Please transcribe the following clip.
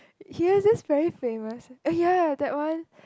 he was just very famous ya that one